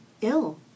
ill